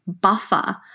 buffer